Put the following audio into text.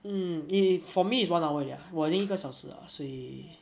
mm 一 for me is one hour there 我另一个小时啊所以